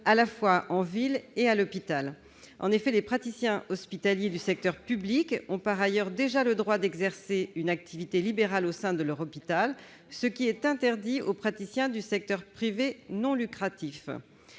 à la fois en ville et à l'hôpital. En effet, les praticiens hospitaliers du secteur public ont déjà, par ailleurs, le droit d'exercer une activité libérale au sein de leur hôpital, ce qui est interdit aux praticiens du secteur privé non lucratif.